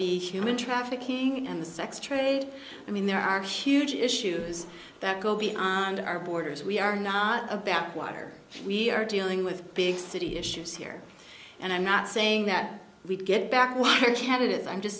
be human trafficking and the sex trade i mean there are huge issues that go beyond our borders we are not a backwater we are dealing with big city issues here and i'm not saying that we get back when i have it i'm just